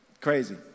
crazy